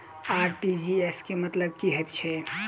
RTGS केँ मतलब की हएत छै?